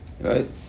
Right